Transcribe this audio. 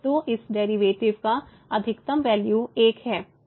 तो इस डेरिवेटिव का अधिकतम वैल्यू 1 है